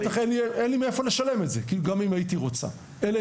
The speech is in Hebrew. ושגם אם הייתה רוצה, אין לה מאיפה לשלם את זה.